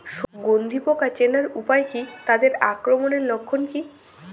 গন্ধি পোকা চেনার উপায় কী তাদের আক্রমণের লক্ষণ কী?